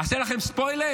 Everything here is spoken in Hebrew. אעשה לכם ספוילר: